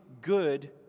good